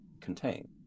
contain